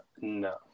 No